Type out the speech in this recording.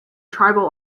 tribal